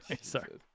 sorry